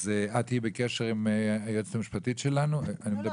אז את תהי בקשר עם היועצת המשפטית שלנו --- לא,